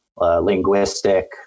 Linguistic